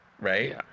Right